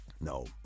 No